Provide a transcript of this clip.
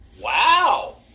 Wow